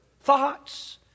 thoughts